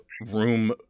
room